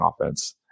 offense